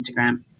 Instagram